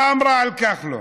מה אמרה על כחלון?